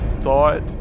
thought